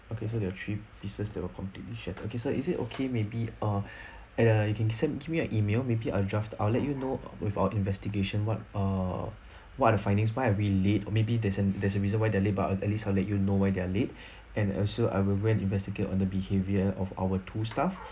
okay so there are three pieces that are completely shattered okay sir is it okay maybe uh and uh you can send give me an email maybe I'll draft I'll you know with our investigation what uh what are the findings why are we late or maybe there's an there's a reason why they're late but I'll at least I'll let you know why they're late and also I will go and investigate on the behaviour of our two staff